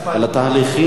אדוני, בבקשה.